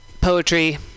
poetry